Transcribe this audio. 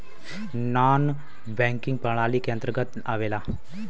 नानॅ banking प्रणाली के अंतर्गत आवेला